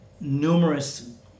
numerous